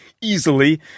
easily